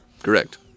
Correct